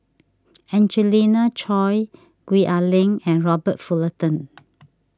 Angelina Choy Gwee Ah Leng and Robert Fullerton